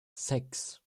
sechs